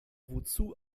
wozu